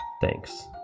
thanks